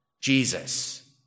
Jesus